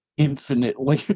infinitely